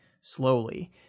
slowly